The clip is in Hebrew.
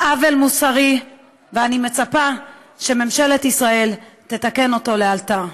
עוול מוסרי ואני מצפה שממשלת ישראל תתקן אותו לאלתר.